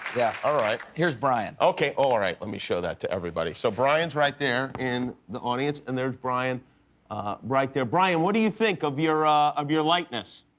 yeah alright. here's brian. okay, oh alright let me show that to everybody. so brian's right there in the audience and there's brian right there. brian, what do you think of your ah of your likeness?